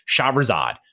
Shahrazad